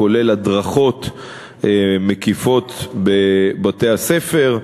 כולל הדרכות מקיפות בבתי-הספר.